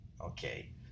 Okay